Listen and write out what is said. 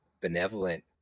benevolent